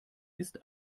ist